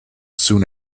soon